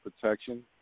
protection